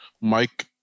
mike